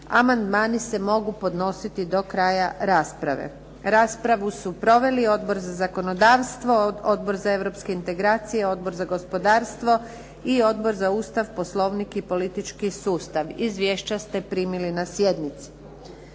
Amandmani se mogu podnositi do kraja rasprave. Raspravu su proveli Odbor za zakonodavstvo, Odbor za europske integracije, odbor za gospodarstvo i Odbor za Ustav, Poslovnik i politički sustav. Izvješća ste primili na sjednici.